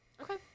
Okay